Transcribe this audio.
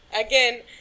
Again